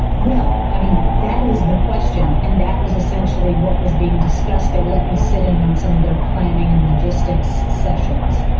well, i mean, that is the question. and that was essentially what was being discussed. they let me sit in on some of their planning and logistics sessions,